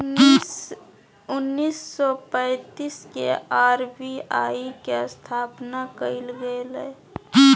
उन्नीस सौ पैंतीस के आर.बी.आई के स्थापना कइल गेलय